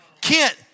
Kent